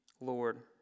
Lord